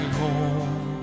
home